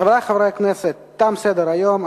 חברי חברי הכנסת, תם סדר-היום.